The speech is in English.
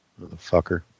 Motherfucker